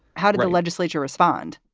how did the legislature respond?